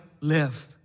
live